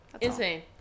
Insane